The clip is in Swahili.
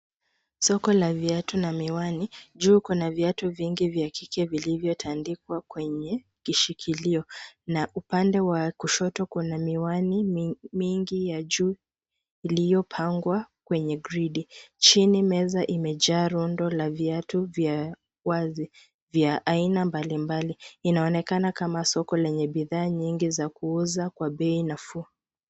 Soko la viatu na miwani. Juu kuna viatu vingi vya kike vilivyotandikwa kwenye kishikilio na upande wa kushoto kuna miwani mingi ya juu iliyopangwa kwenye gridi. Chini meza imejaa rundo la viatu vya wazi vya aina mbalimbali. Inaonekana kama soko lenye bidhaa nyingi za kuuza kwa bei nafuu.